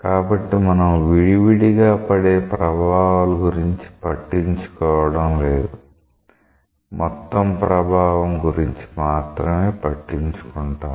కాబట్టి మనం విడివిడిగా పడే ప్రభావాల గురించి పట్టించుకోవడం లేదు మొత్తం ప్రభావం గురించి మాత్రమే పట్టించుకుంటాము